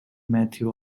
matthew